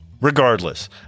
Regardless